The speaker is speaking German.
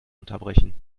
unterbrechen